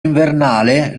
invernale